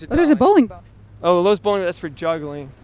there's a bowling ball oh, those bowling that's for juggling.